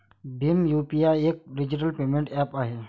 Bhim UPI एक digital payment app आहे